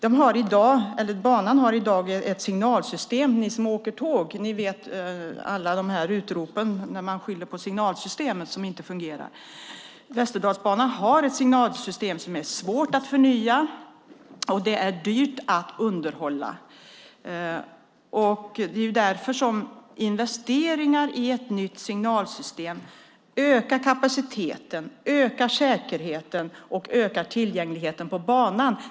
Västerdalsbanan har i dag ett signalsystem som är svårt att förnya, och det är dyrt att underhålla. Ni som åker tåg känner till alla utrop när man skyller på signalsystemet som inte fungerar. Investeringar i ett nytt signalsystem ökar kapaciteten, ökar säkerheten och ökar tillgängligheten på banan.